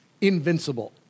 Invincible